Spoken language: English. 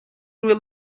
will